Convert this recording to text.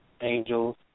angels